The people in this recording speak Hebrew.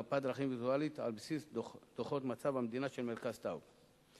מפת דרכים ויזואלית מדוחות מצב המדינה של מרכז טאוב".